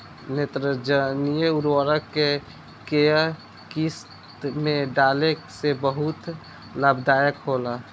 नेत्रजनीय उर्वरक के केय किस्त में डाले से बहुत लाभदायक होला?